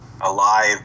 alive